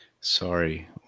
Sorry